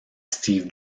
steve